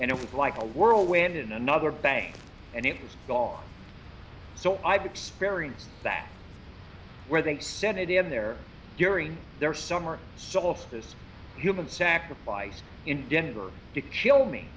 and it was like a whirlwind in another bank and it was gone so i've experienced that where they set it in there during their summer solstice human sacrifice in denver dick she'll me